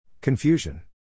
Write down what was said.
Confusion